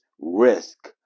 risk